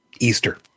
easter